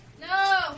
No